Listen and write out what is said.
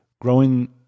growing